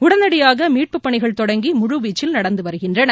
உடனடியாக மீட்பு பணிகள் தொடங்கி முழு வீச்சில் நடந்துவருகின்றன